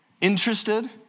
interested